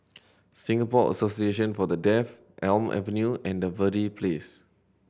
Singapore Association For The Deaf Elm Avenue and Verde Place